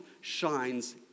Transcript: shines